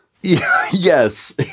yes